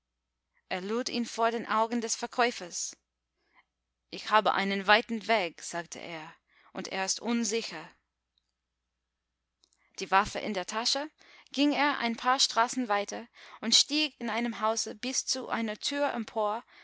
er lud ihn vor den augen des verkäufers ich habe einen weiten weg sagte er und er ist unsicher die waffe in der tasche ging er ein paar straßen weiter und stieg in einem hause bis zu einer tür empor